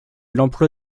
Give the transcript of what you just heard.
l’emploi